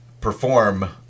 perform